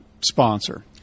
sponsor